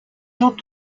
not